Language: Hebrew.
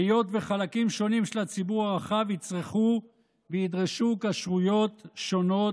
היות שחלקים שונים של הציבור הרחב יצרכו וידרשו כשרויות שונות,